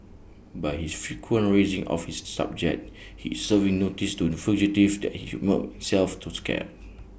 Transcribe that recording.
by his frequent raising of this subject he is serving notice to the fugitive that he should self to scarce